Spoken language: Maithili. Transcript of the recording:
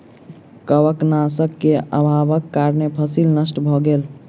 कवकनाशक के अभावक कारणें फसील नष्ट भअ गेल